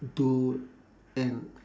to and